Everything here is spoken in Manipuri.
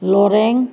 ꯂꯣꯔꯦꯡ